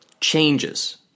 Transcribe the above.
changes